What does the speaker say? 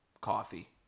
coffee